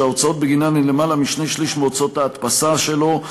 שההוצאות בגינן הן למעלה משני-שלישים מהוצאות ההדפסה שלו,